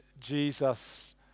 Jesus